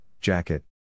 jacket